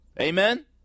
Amen